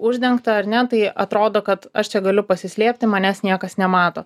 uždengta ar ne tai atrodo kad aš čia galiu pasislėpti manęs niekas nemato